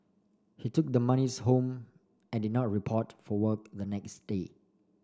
he took the monies home and did not report for work the next day